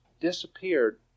disappeared